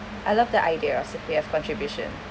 I love the idea of C_P_F contribution